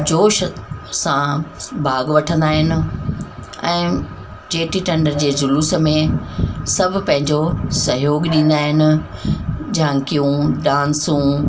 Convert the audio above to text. जोश सां भाॻु वठंदा आहिनि ऐं चेटी चंड जे जुलूस में सभु पंहिंजो सहयोगु ॾींदा आहिनि झांकियूं डांसूं